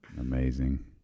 Amazing